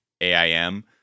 AIM